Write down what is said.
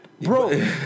bro